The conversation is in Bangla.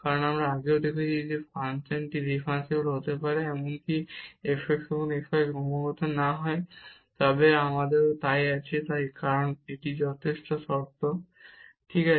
এবং আমরা এটাও দেখেছি যে ফাংশনটি ডিফারেনসিবল হতে পারে এমনকি যদি f x এবং f y ক্রমাগত না হয় তবে আমাদেরও তাই আছে তাই কারণ এটি যথেষ্ট শর্ত ঠিক আছে